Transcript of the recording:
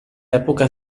època